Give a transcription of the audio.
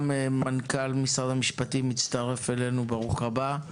מנכ"ל משרד המשפטים הצטרף אלינו, ברוך הבא.